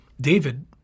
David